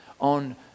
on